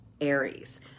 Aries